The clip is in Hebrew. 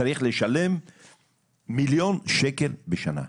צריך לשלם מיליון שקל בשנה.